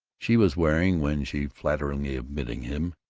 she was wearing, when she flutteringly admitted him,